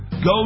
Go